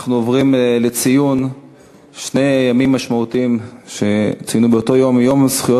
אנחנו עוברים לציון שני ימים משמעותיים שצוינו באותו היום: יום זכויות